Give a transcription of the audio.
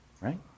Right